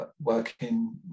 working